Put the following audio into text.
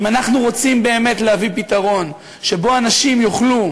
אם אנחנו רוצים באמת להביא פתרון שבו אנשים יוכלו